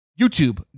YouTube